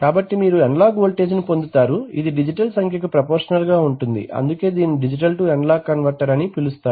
కాబట్టి మీరు అనలాగ్ వోల్టేజ్ను పొందుతారు ఇది డిజిటల్ సంఖ్యకు ప్రపోర్షనల్ గా ఉంటుంది అందుకే దీనిని డిజిటల్ టు అనలాగ్ కన్వర్టర్ అని పిలుస్తారు